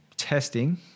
testing